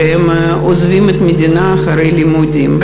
שעוזבים את המדינה אחרי הלימודים.